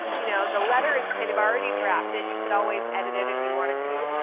you know the letter is kind of already drafted. you could always edit it if you wanted to.